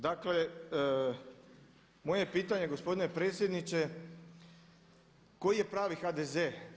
Dakle, moje pitanje gospodine predsjedniče, koji je pravi HDZ?